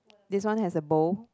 this one has a bow